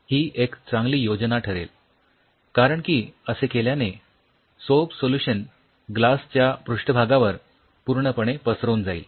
ही एक चांगली योजना ठरेल कारण की असे केल्याने सोप सोल्युशन ग्लास च्या पृष्ठभागावर पूर्णपणे पसरून जाईल